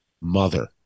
mother